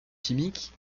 chimique